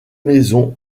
maisons